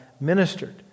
ministered